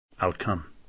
outcome